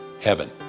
heaven